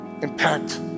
impact